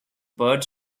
bird